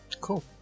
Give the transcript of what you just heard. Cool